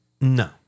No